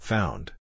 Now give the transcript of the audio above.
Found